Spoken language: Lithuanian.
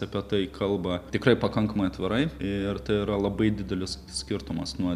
apie tai kalba tikrai pakankamai atvirai ir tai yra labai didelis skirtumas nuo